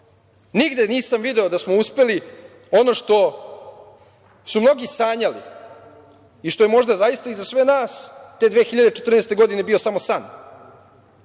nigde nisam video da smo uspeli ono što su mnogi sanjali i što je možda zaista i za sve nas te 2014. godine bio samo san,